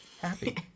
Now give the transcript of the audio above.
happy